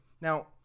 Now